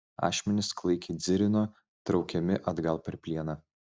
ašmenys klaikiai dzirino traukiami atgal per plieną